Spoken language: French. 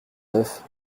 neuf